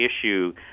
issue